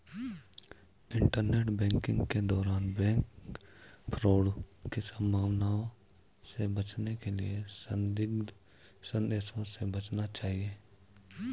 internet banking के दौरान bank fraud की संभावना से बचने के लिए संदिग्ध संदेशों से बचना चाहिए